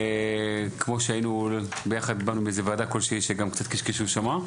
כמו שהיינו ביחד בוועדה כלשהי שגם קצת קשקשו שם,